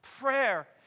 Prayer